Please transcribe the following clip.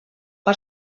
per